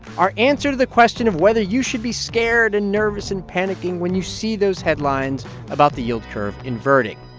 our answer to the question of whether you should be scared and nervous and panicking when you see those headlines about the yield curve inverting